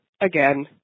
again